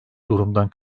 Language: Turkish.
durumdan